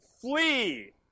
flee